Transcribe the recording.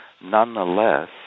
Nonetheless